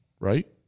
right